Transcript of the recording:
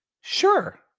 sure